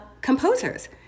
composers